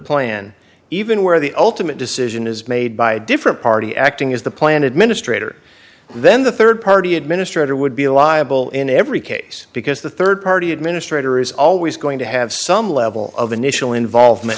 plan even where the ultimate decision is made by a different party acting is the plan administrator then the rd party administrator would be liable in every case because the rd party administrator is always going to have some level of initial involvement